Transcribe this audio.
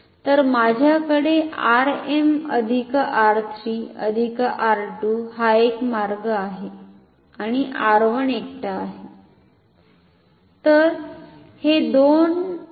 तर माझ्याकडे R m R 3 R 2 हा एक मार्ग आहे आणि R1 एकटा आहे